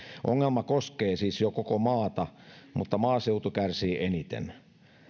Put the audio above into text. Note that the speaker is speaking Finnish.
ongelma koskee siis jo koko maata mutta maaseutu kärsii eniten